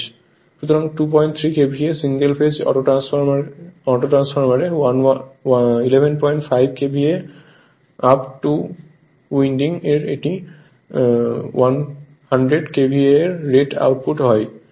সুতরাং 23 KVA single phase auto ট্রান্সফরমারে 115 KVA up 2 winding এর এটি 100 KVA এর রেট আউটপুট হয়